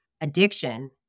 addiction